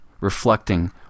reflecting